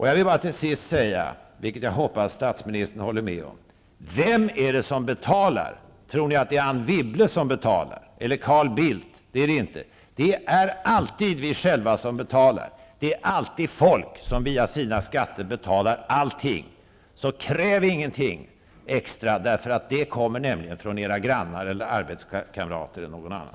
Jag vill bara till sist säga, vilket jag hoppas att statsministern håller med om: Vem är det som betalar? Tror ni att det är Anne Wibble som betalar, eller Carl Bildt? Det är det inte. Det är alltid vi själva som betalar. Det är alltid folk som via sina skatter betalar allting. Kräv ingenting extra, därför att det kommer nämligen från era grannar, arbetskamrater eller någon annan.